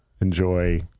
enjoy